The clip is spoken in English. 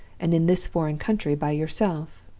and in this foreign country, by yourself.